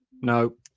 No